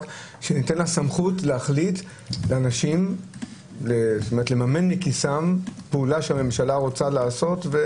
רק שניתן לה סמכות להחליט שאנשים יממנו מכיסם פעולה שהממשלה רוצה לעשות.